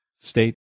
State